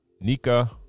Nika